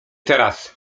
teraz